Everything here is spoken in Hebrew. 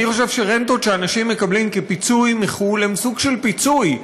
אני חושב שרנטות שאנשים מקבלים כפיצוי מחו"ל הן סוג של פיצוי.